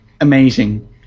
amazing